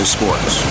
Sports